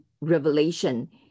revelation